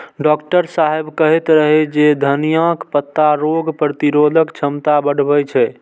doctor साहेब कहैत रहै जे धनियाक पत्ता रोग प्रतिरोधक क्षमता बढ़बै छै